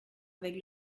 avec